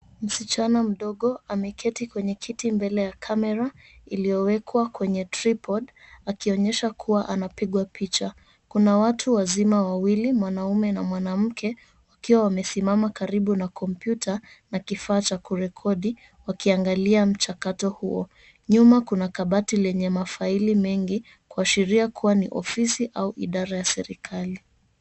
Msichana mdogo ameketi kwenye kiti mbele ya kamera iliyowekwa kwenye tripod akionyesha kuwa anapigwa picha. Kuna watu wazima wawili mwanaume na mwanamke wakiwa wamesimama karibu na kompyuta na kifaa cha kurekodi wakiangalia mchakato huo. Nyuma kuna kabati lenye mafaili mengi kuashiria kuwa ni ofisi au idara ya serikali.